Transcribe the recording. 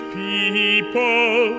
people